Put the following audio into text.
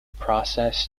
process